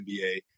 NBA